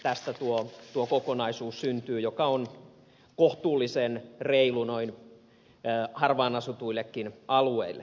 tästä syntyy tuo kokonaisuus joka on kohtuullisen reilu harvaanasutuillekin alueille